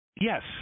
Yes